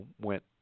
went